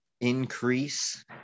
increase